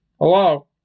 Hello